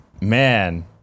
man